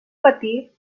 patir